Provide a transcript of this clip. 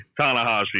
Tanahashi